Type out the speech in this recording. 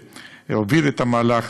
שהוביל את המהלך,